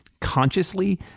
consciously